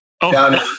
down